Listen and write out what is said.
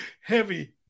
heavy